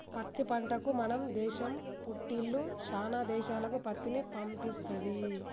పత్తి పంటకు మన దేశం పుట్టిల్లు శానా దేశాలకు పత్తిని పంపిస్తది